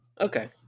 Okay